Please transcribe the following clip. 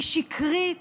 היא שקרית,